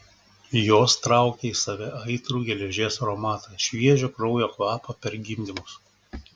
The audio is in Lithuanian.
jos traukė į save aitrų geležies aromatą šviežio kraujo kvapą per gimdymus